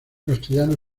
castellano